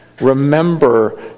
Remember